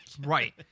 Right